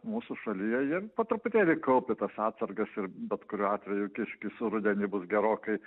mūsų šalyje jie po truputėlį kaupia tas atsargas bet kuriuo atveju kiškis rudenį bus gerokai